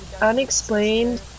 unexplained